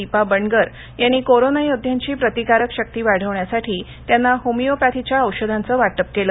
दिपा बंडगर यांनी कोरोना योद्ध्यांची प्रतिकारक शक्ती वाढवण्यासाठी त्यांना होमिओपॅथीच्या औषधांचं वाटप केलं